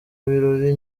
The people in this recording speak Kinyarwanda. birori